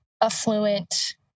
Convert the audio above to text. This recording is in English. affluent